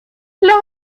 los